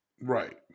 Right